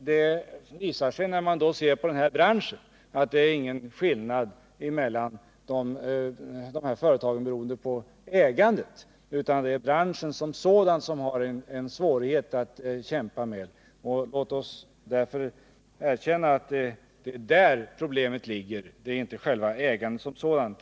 Det visar sig, när man ser på den här branschen, att det inte är någon skillnad mellan företagen beroende på ägandet, utan det är branschen som sådan som har en svårighet att kämpa med. Låt oss därför erkänna att det är där problemet ligger, inte i själva ägandet som sådant.